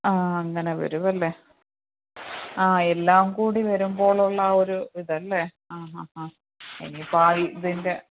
ആ അങ്ങനെ വരുവല്ലേ ആ എല്ലാം കൂടി വരുമ്പോഴുള്ള ആ ഒരു ഇതല്ലേ ആ ആ ആ ഇനിയിപ്പോൾ ആ ഇതിൻ്റെ